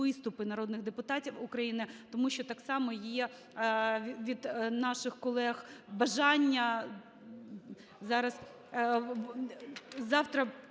виступи народних депутатів України. Тому що, так само, є від наших колег бажання, завтра